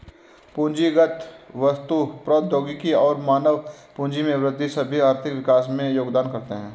पूंजीगत वस्तु, प्रौद्योगिकी और मानव पूंजी में वृद्धि सभी आर्थिक विकास में योगदान करते है